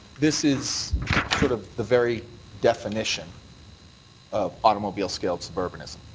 this is sort of the very definition of automobile skills suburbanism,